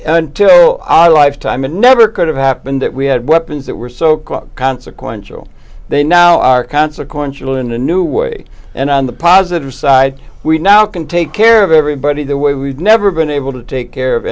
i lifetime it never could have happened that we had weapons that were so close consequential they now are consequential in a new way and on the positive side we now can take care of everybody the way we've never been able to take care of